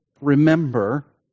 remember